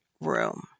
room